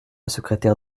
secrétaire